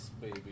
baby